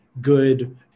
good